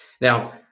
now